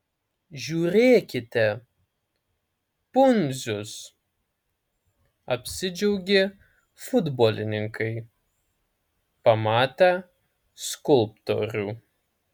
žiūrėkite pundzius apsidžiaugė futbolininkai pamatę skulptorių